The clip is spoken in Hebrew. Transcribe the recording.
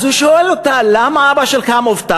אז הוא שואל אותה: למה אבא מובטל?